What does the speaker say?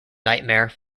nightmare